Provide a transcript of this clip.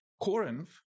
Corinth